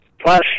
Plus